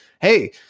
Hey